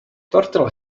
tortilla